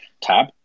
tab